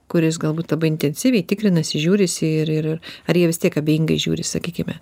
kuris galbūt labai intensyviai tikrinasi žiūrisi ir ir ar jie vis tiek abejingai žiūri sakykime